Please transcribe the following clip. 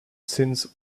since